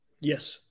Yes